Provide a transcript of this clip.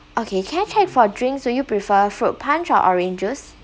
okay can I check for drinks would you prefer fruit punch of orange juice